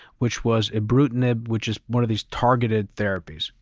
which was ibrutinib, which is one of these targeted therapies.